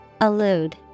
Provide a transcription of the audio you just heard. Allude